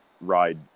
ride